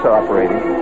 operating